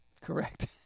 Correct